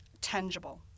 tangible